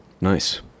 Nice